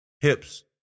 Hips